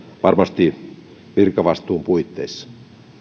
varmasti virkavastuun puitteissa